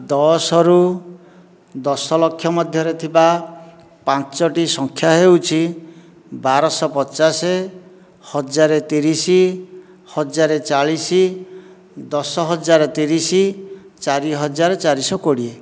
ଦଶରୁ ଦଶଲକ୍ଷ ମଧ୍ୟରେ ଥିବା ପାଞ୍ଚଟି ସଂଖ୍ୟା ହେଉଛି ବାରଶହ ପଚାଶ ହଜାର ତିରିଶ ହଜାର ଚାଳିଶ ଦଶହଜାର ତିରିଶ ଚାରିହଜାର ଚାରିଶହ କୋଡ଼ିଏ